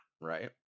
right